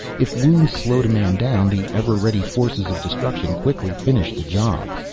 if wounds slowed a man down, the ever-ready forces of destruction quickly finished the job.